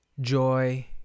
joy